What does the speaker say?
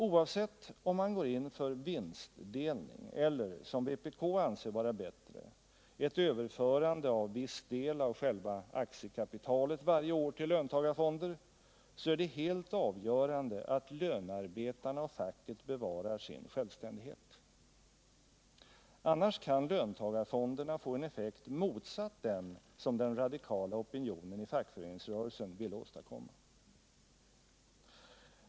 Oavsett om man går in för vinstdelning eller — som vpk anser vara bättre — ett övertagande av en viss del av själva aktiekapitalet varje år till löntagarfonder, så är det helt avgörande att lönarbetarna och facket bevarar sin självständighet. Annars kan löntagarfonderna få en effekt motsatt den som den radikala opinionen i fackföreningsrörelsen vill åstadkomma.